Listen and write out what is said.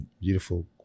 beautiful